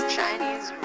Chinese